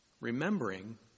remembering